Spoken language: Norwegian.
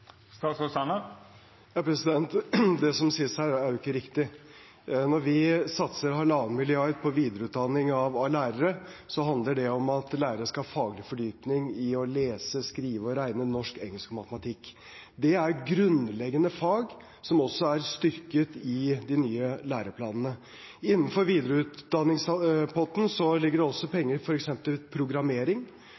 Det som sies her, er ikke riktig. Når vi satser halvannen milliard kroner på videreutdanning av lærere, handler det om at lærere skal ha faglig fordypning i å lese, skrive og regne, norsk, engelsk og matematikk. Det er grunnleggende fag, som også er styrket i de nye læreplanene. Innenfor videreutdanningspotten ligger det også